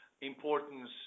importance